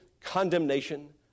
condemnation